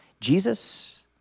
Jesus